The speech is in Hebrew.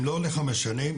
הם לא לחמש שנים.